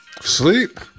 Sleep